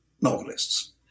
novelists